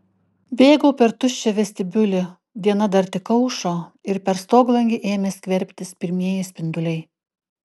bėgau per tuščią vestibiulį diena dar tik aušo ir per stoglangį ėmė skverbtis pirmieji spinduliai